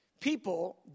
people